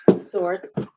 sorts